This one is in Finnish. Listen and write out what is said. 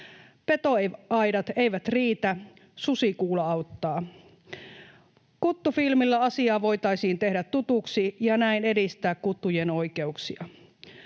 Petoaidat eivät riitä, susikuula auttaa. Kuttufilmillä asiaa voitaisiin tehdä tutuksi ja näin edistää kuttujen oikeuksia.